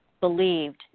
believed